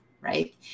right